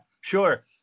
sure